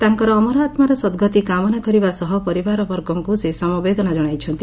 ତାଙ୍କର ଅମର ଆମାର ସଦ୍ଗତି କାମନା କରିବା ସହ ପରିବାରବର୍ଗଙ୍କୁ ସେ ସମବେଦନା ଜଣାଇଛନ୍ତି